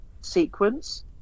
sequence